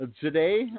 today